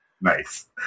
Nice